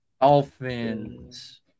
Dolphins